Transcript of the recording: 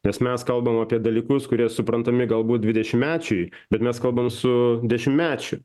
nes mes kalbam apie dalykus kurie suprantami galbūt dvidešimtmečiui bet mes kalbam su dešimtmečiu